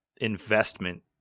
investment